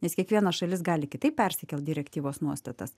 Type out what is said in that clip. nes kiekviena šalis gali kitaip persikelt direktyvos nuostatas